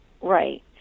Right